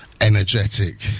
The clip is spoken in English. energetic